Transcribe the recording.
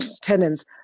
tenants